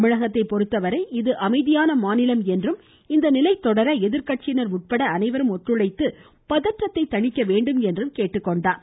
தமிழகத்தை பொறுத்தவரை இது அமைதியான மாநிலம் என்றும் இந்த நிலை தொடர்வதற்கு எதிர்கட்சியினர் உட்பட அனைவரும் ஒத்துழைத்து பதற்றத்தை தணிக்க வேண்டும் என்றும் கேட்டுக்கொண்டார்